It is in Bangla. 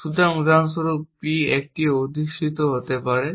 সুতরাং উদাহরণস্বরূপ p একটি অধিষ্ঠিত হতে পারে